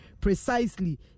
precisely